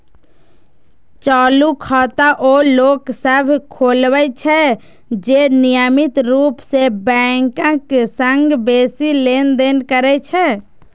चालू खाता ओ लोक सभ खोलबै छै, जे नियमित रूप सं बैंकक संग बेसी लेनदेन करै छै